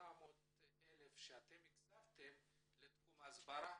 800,000 שהוקצבו לתחום ההסברה,